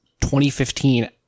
2015